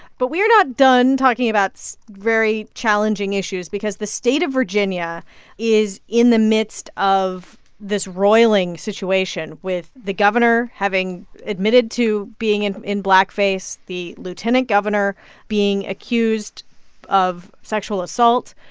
but we're not done talking about very challenging issues because the state of virginia is in the midst of this roiling situation with the governor having admitted to being in in blackface, the lieutenant governor being accused of sexual assault.